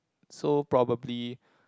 so probably